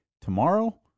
Tomorrow